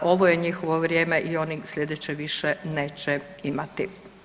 Ovo je njihovo vrijeme i ovi sljedeće više neće imati.